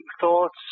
thoughts